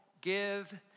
give